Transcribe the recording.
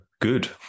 good